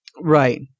right